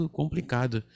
complicado